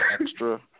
extra